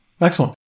Excellent